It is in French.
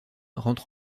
rentre